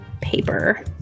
paper